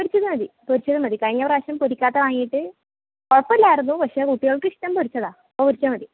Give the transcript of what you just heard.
പൊരിച്ചത് മതി പൊരിച്ചത് മതി കഴിഞ്ഞ പ്രാവശ്യം പൊരിക്കാത്ത വാങ്ങിട്ട് കുഴപ്പമില്ലാരുന്നു പക്ഷേ കുട്ടികൾക്കിഷ്ടം പൊരിച്ചതാണ് അപ്പോൾ പൊരിച്ചത് മതി